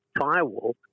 firewall